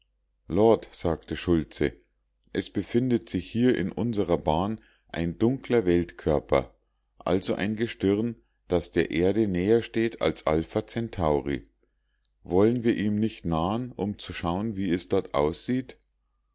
lord sagte schultze es befindet sich hier in unserer bahn ein dunkler weltkörper also ein gestirn das der erde näher steht als alpha centauri wollen wir ihm nicht nahen um zu schauen wie es dort aussieht